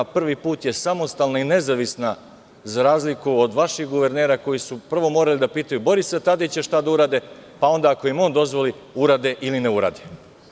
Prvi put je samostalna i nezavisna, za razliku od vaših guvernera koji su prvo morali da pitaju Borisa Tadića šta da urade, pa onda ako im on dozvoli, urade ili ne urade.